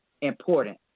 important